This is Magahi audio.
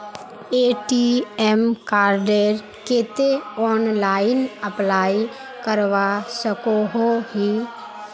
ए.टी.एम कार्डेर केते ऑनलाइन अप्लाई करवा सकोहो ही?